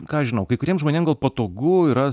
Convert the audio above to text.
ką aš žinau kai kuriem žmonėm gal patogu yra